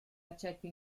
accetta